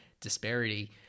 disparity